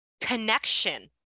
connection